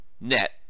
net